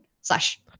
slash